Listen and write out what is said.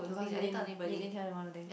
because you didn't you didn't tell anyone about this